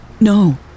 no